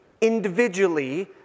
individually